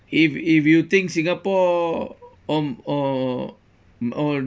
if if you think singapore on or or